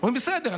אבל בסדר,